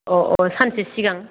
अह अह सानसे सिगां